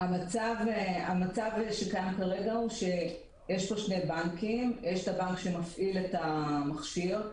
המצב שקיים כרגע הוא שיש פה שני בנקים הבנק שמפעיל את המכשיר,